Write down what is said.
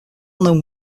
known